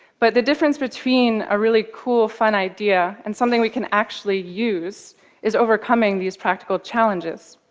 but the difference between a really cool, fun idea and something we can actually use is overcoming these practical challenges.